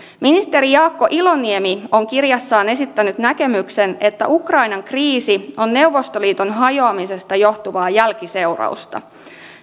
ministeri jaakko lloniemi on kirjassaan esittänyt näkemyksen että ukrainan kriisi on neuvostoliiton hajoamisesta johtuvaa jälkiseurausta